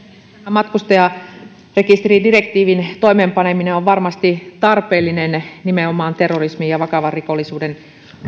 matkustajarekisteridirektiivin toimeenpaneminen on varmasti tarpeellinen nimenomaan terrorismin ja vakavan rikollisuuden